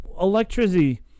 Electricity